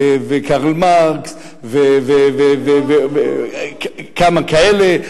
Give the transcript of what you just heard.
וקרל מרקס וכמה כאלה,